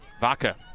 Vaca